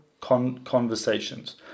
conversations